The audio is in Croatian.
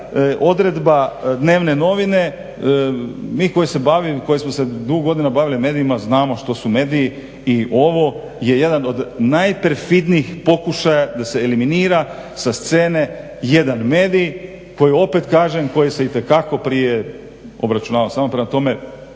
odredba dnevne novine. Mi koji smo se dugo godina bavili medijima znamo što su mediji i ovo je jedan od najperfidnijih pokušaja da se eliminira sa scene jedan medij koji opet kažem koji se itekako prije obračunavao, samo prema tome